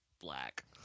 black